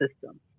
system